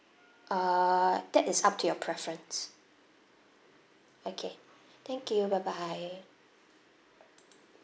err that is up to your preference okay thank you bye bye